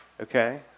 Okay